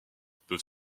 peuvent